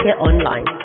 Online